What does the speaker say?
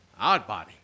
Oddbody